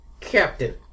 Captain